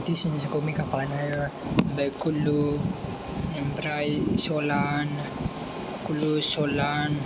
दिसिसनखौ make up खालामनो हायो ओमफ्राय कुल्लु ओमफ्राय सलान कुल्लु सलान